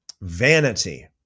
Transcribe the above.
vanity